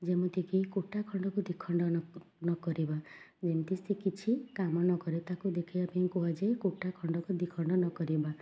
ଯେମିତିକି କୁଟା ଖଣ୍ଡକୁ ଦୁଇଖଣ୍ଡ ନକ ନ କରିବା ଯେମିତି ସେ କିଛି କାମ ନ କରେ ତା'କୁ ଦେଖେଇବା ପାଇଁ କୁହାଯାଏ କୁଟା ଖଣ୍ଡକୁ ଦୁଇଖଣ୍ଡ ନ କରିବା